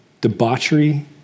debauchery